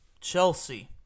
Chelsea